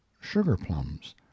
sugar-plums